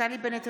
נפתלי בנט,